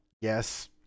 yes